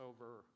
over